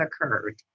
occurred